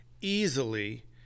easily